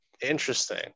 Interesting